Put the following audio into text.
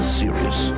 serious